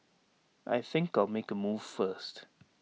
I think I'll make A move first